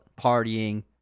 partying